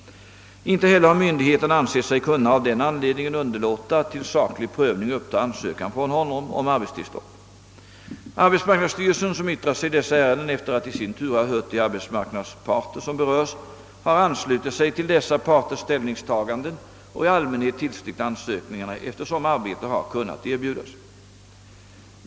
Inte heller har myndigheterna ansett sig kunna av den anledningen underlåta att till saklig prövning uppta ansökan från honom om arbetstillstånd. Arbetsmarknadsstyrelsen — som yttrar sig i dessa ärenden efter att i sin tur ha hört de arbetsmarknadsparter som berörs — har anslutit sig till dessa parters ställningstaganden och i allmänhet tillstyrkt ansökningarna, eftersom arbete har kunnat erbjudas.